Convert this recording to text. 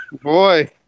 Boy